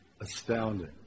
Astounding